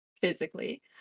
physically